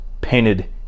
painted